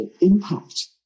impact